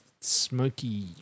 smoky